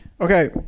Okay